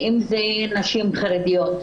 ואם אלה נשים חרדיות.